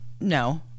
no